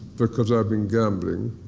because i've been gambling.